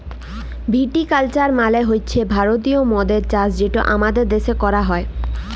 ভিটি culture মালে হছে ভারতীয় মদের চাষ যেটা আমাদের দ্যাশে ক্যরা হ্যয়